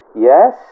Yes